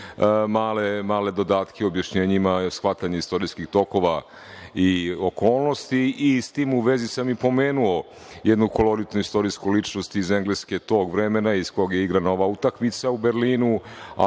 male dodatke u objašnjenjima shvatanja istorijskih tokova i okolnosti. S tim u vezi sam i pomenuo jednu koloritnu istorijsku ličnost iz Engleske tog vremena iz kog je igrana ova utakmica u Berlinu,